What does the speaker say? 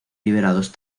liberados